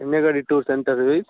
M A Gadi tours and travels